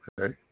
Okay